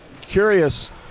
Curious